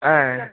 ஆ